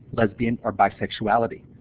lesbian or bisexuality.